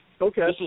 Okay